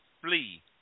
Flee